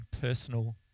personal